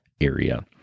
area